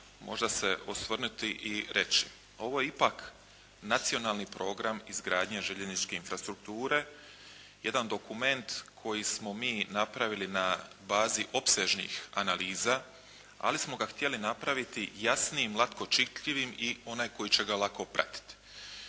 možda se osvrnuti i reći. Ovo je ipak nacionalni program izgradnje željezničke infrastrukture, jedan dokument koji smo mi napravili na bazi opsežnih analiza ali smo ga htjeli napraviti jasnijim, lako čitljivim i onaj koji će ga lako pratiti.